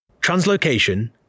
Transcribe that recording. Translocation